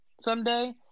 someday